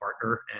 partner